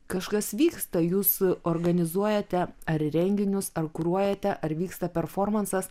kažkas vyksta jūs organizuojate ar renginius ar kuruojate ar vyksta performansas